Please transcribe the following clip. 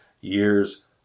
years